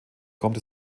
kommt